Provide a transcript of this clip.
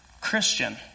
Christian